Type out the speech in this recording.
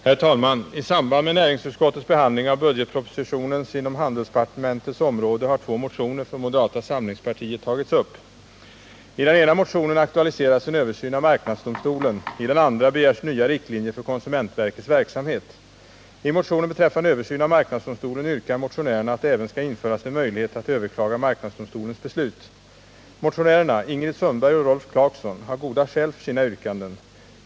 Herr talman! I samband med näringsutskottets behandling av budgetpropositionen inom handelsdepartementets område har två motioner från moderata samlingspartiet tagits upp. I den ena motionen aktualiseras en översyn av marknadsdomstolen. I den andra begärs nya riktlinjer för konsumentverkets verksamhet. I motionen beträffande översyn av marknadsdomstolen yrkar motionärerna att det även skall införas en möjlighet att överklaga marknadsdomstolens beslut. Motionärerna, Ingrid Sundberg och Rolf Clarkson, har goda skäl för sina yrkanden.